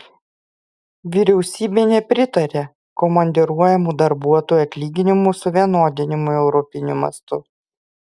vyriausybė nepritaria komandiruojamų darbuotojų atlyginimų suvienodinimui europiniu mastu